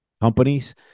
companies